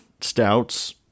Stouts